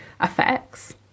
effects